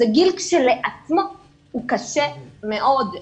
זה גיל כשלעצמו הוא קשה מאוד,